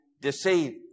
deceived